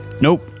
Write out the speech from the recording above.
Nope